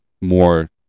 more